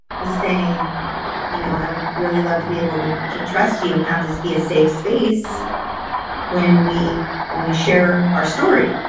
was saying you know, i would really love to be able to to trust you and have this be a safe space when we when we share our story.